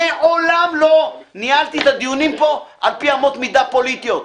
מעולם לא ניהלתי את הדיונים פה על פי אמות מידה פוליטיות.